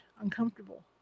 uncomfortable